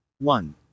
one